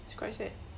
it's quite sad